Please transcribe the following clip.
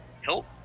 help